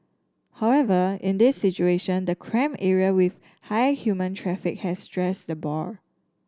however in this situation the cramp area with high human traffic has stressed the boar